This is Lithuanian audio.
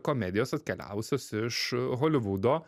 komedijos atkeliavusios iš holivudo